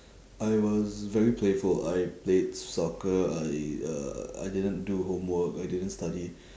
I was very playful I played soccer I uh I didn't do homework I didn't study